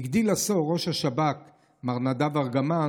הגדיל לעשות ראש השב"כ מר נדב ארגמן,